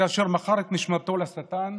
כאשר מכר את נשמתו לשטן,